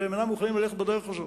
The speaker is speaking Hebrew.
והם אינם מוכנים ללכת בדרך הזו.